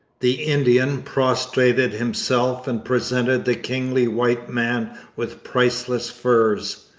the indian prostrated himself and presented the kingly white man with priceless furs.